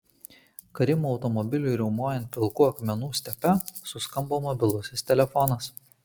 karimo automobiliui riaumojant pilkų akmenų stepe suskambo mobilusis telefonas